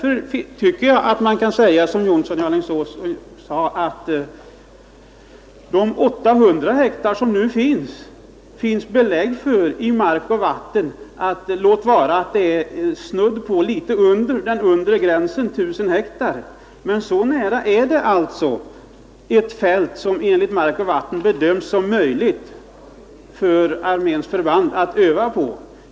Jag tycker att man kan säga som herr Jonsson i Alingsås, att de 800 ha som nu finns är ett fält som arméns förband kan öva på. Och det finns belägg för det i riksplanen Mark och vatten. Låt vara att undre gränsen där är 1 000 ha, men så nära ligger det alltså vad som enligt Mark och vatten bedöms som användbart.